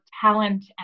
talent